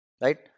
Right